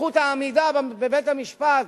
זכות העמידה בבית-המשפט,